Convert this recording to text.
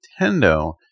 Nintendo